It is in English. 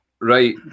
Right